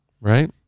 right